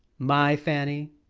my fanny?